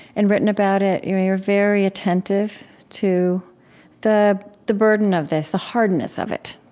and written about it, you're you're very attentive to the the burden of this, the hardness of it,